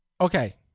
okay